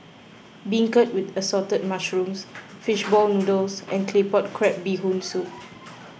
Beancurd with Assorted Mushrooms Fish Ball Noodles and Claypot Crab BeeHoon Soup